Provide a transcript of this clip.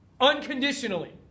Unconditionally